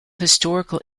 historical